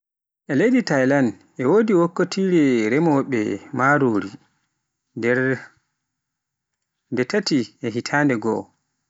Leydi Thailan e wodi wakkatire remowoobe marori nde tati hitande goo.